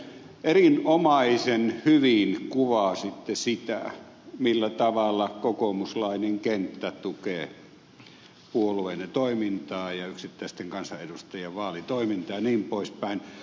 erinomaisen hyvin kuvasitte sitä millä tavalla kokoomuslainen kenttä tukee puolueenne toimintaa ja yksittäisten kansanedustajien vaalitoimintaa jnp